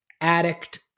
addict